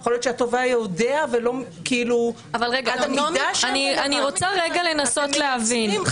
יכול להיות שהתובע יודע ולא --- אני רוצה רגע לנסות להבין.